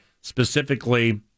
specifically